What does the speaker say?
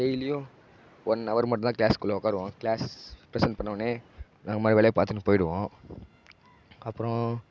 டெய்லியும் one hour மட்டும் தான் க்ளாஸ்குள்ளே உக்காருவோம் க்ளாஸ் ப்ரெசன்ட் பண்ண ஒடன்னே நாங்கள் மறு வேலையை பார்த்துனு போய்டுவோம் அப்புறம்